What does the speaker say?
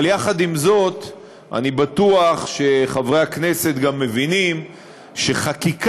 אבל יחד עם זאת אני בטוח שחברי הכנסת גם מבינים שחקיקה